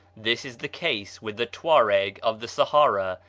this is the case with the tuareg of the sahara,